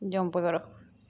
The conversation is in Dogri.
जंप करो